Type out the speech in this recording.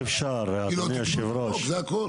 כי לא תיקנו את החוק, זה הכול.